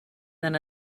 than